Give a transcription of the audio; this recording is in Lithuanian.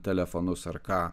telefonus ar ką